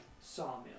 sawmill